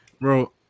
Bro